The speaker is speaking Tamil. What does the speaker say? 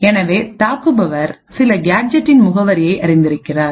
எனவே தாக்குபவர் சில கேஜெட்டின் முகவரியை அறிந்திருக்கிறார்